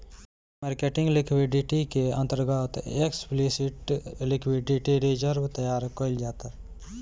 marketing liquidity के अंतर्गत explicit liquidity reserve तैयार कईल जाता